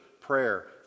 prayer